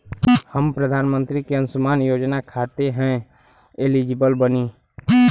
हम प्रधानमंत्री के अंशुमान योजना खाते हैं एलिजिबल बनी?